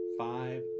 five